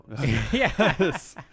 Yes